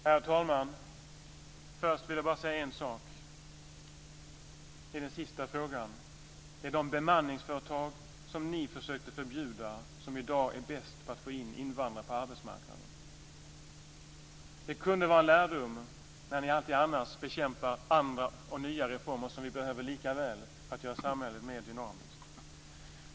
Herr talman! Först vill jag säga en sak när det gäller den sista frågan. Det är de bemanningsföretag som ni försökte förbjuda som i dag är bäst på att få in invandrare på arbetsmarknaden. Det kunde vara en lärdom att dra nytta av när ni bekämpar andra nya reformer som vi behöver lika mycket för att göra samhället mer dynamiskt.